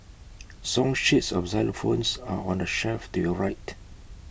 song sheets of xylophones are on the shelf to your right